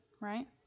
right